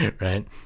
right